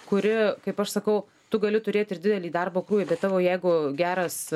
kuri kaip aš sakau tu gali turėt ir didelį darbo krūvį bet tavo jeigu geras